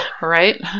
Right